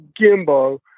gimbo